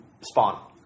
Spawn